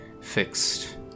fixed